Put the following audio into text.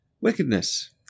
Wickedness